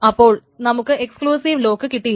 അപ്പോൾ നമുക്ക് exclusive lock കിട്ടില്ല